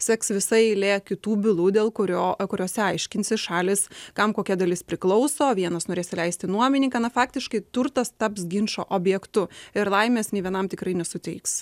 seks visa eilė kitų bylų dėl kurio kuriose aiškinsis šalys kam kokia dalis priklauso vienas norės įleisti nuomininką na faktiškai turtas taps ginčo objektu ir laimės nė vienam tikrai nesuteiks